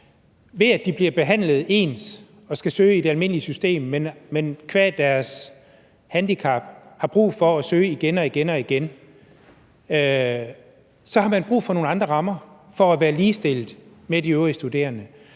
ved at de bliver behandlet ens og skal søge i det almindelige system, men qua deres handicap har brug for at søge igen og igen, og derfor har brug for nogle andre rammer for at være ligestillet med de øvrige studerende.